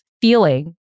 feeling